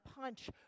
punch